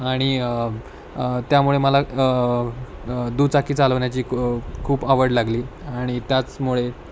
आणि त्यामुळे मला दुचाकी चालवण्याची खूप आवड लागली आणि त्याचमुळे